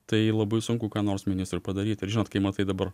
tai labai sunku ką nors ministrui padaryt ir žinot kai matai dabar